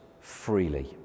freely